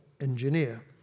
engineer